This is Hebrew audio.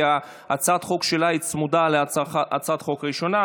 כי הצעת החוק שלה צמודה להצעת החוק הראשונה.